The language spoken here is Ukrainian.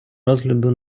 розгляду